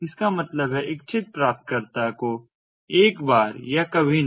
इसका मतलब है इच्छित प्राप्तकर्ता को एक बार या कभी नहीं